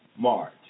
March